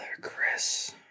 Chris